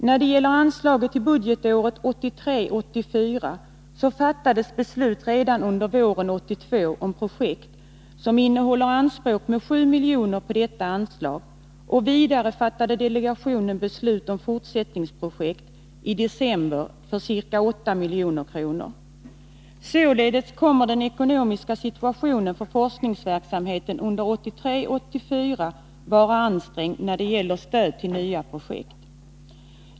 När det gäller anslaget för budgetåret 1983 84 att vara ansträngd när det gäller stöd till nya projekt.